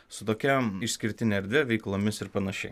su tokia išskirtine erdve veiklomis ir panašiai